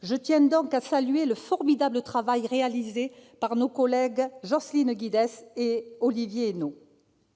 Je tiens donc à saluer le formidable travail réalisé par nos collègues Jocelyne Guidez et Olivier Henno.